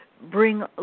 bring